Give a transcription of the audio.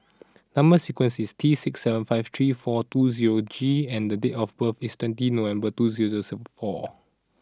number sequence is T six seven five three four two zero G and the date of birth is twenty November two zero zero sub four